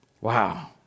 Wow